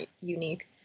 unique